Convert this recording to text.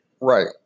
Right